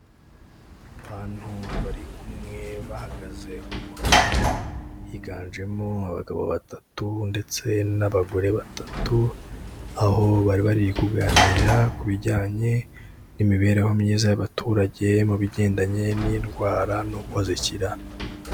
Abantu bari kumwe bahagaze ku murongo, higanjemo abagabo batatu ndetse n'abagore batatu, aho bari bari kuganira ku bijyanye n'imibereho myiza y'abaturage, mu bigendanye n'indwara n'uko zikira.